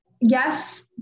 yes